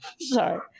Sorry